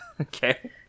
Okay